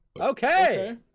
Okay